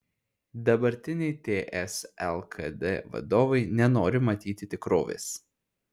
dabartiniai ts lkd vadovai nenori matyti tikrovės